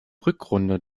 rückrunde